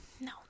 no